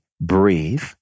breathe